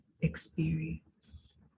experience